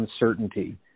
uncertainty